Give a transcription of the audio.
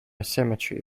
cemetery